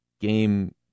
game